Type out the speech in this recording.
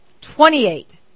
Twenty-eight